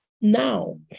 Now